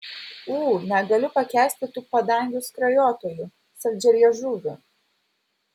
ū negaliu pakęsti tų padangių skrajotojų saldžialiežuvių